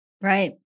Right